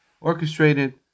orchestrated